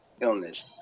illness